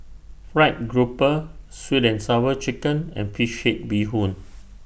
Fried Grouper Sweet and Sour Chicken and Fish Head Bee Hoon